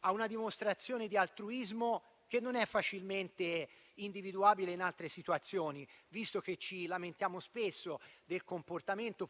a una dimostrazione di altruismo che non è facilmente individuabile in altre situazioni, visto che ci lamentiamo spesso, purtroppo, del comportamento